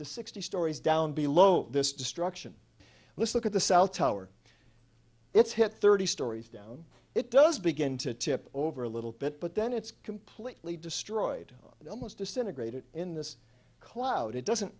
to sixty stories down below this destruction let's look at the south tower it's hit thirty stories down it does begin to tip over a little bit but then it's completely destroyed and almost disintegrated in this cloud it doesn't